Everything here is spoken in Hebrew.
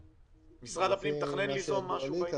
האם משרד הפנים מתכנן ליזום משהו בעניין?